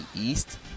East